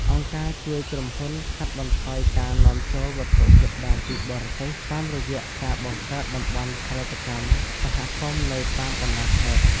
អង្គការជួយក្រុមហ៊ុនកាត់បន្ថយការនាំចូលវត្ថុធាតុដើមពីបរទេស តាមរយៈការបង្កើតតំបន់ផលិតកម្មសហគមន៍នៅតាមបណ្ដាខេត្ត។